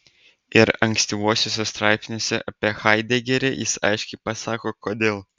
ir ankstyvuosiuose straipsniuose apie haidegerį jis aiškiai pasako kodėl